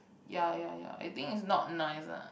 ya ya ya I think is not nice ah